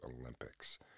Olympics